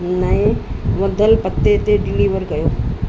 नएं वधल पते ते डिलीवर कयो